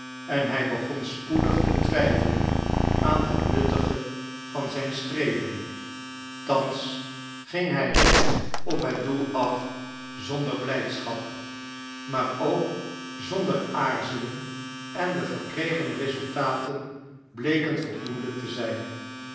en hij begon spoedig te twijfelen aan het nuttige van zijn streven thans ging hij recht op het doel af zonder blijdschap maar ook zonder aarzelen en de verkregen resultaten bleken voldoende te zijn